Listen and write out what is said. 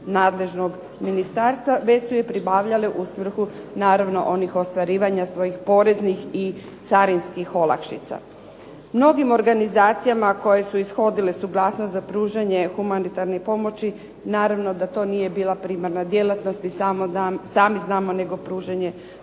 nadležnog ministarstva, već su pribavljale u svrhu onih ostvarivanja svojih poreznih i carinskih olakšica. Mnogim organizacijama koje su ishodile suglasnost za pružanje humanitarne pomoći naravno da to nije bila primarna djelatnost nego sami znamo nego pružanje